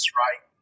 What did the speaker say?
right